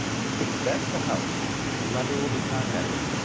you can bet the house the lender will be contacting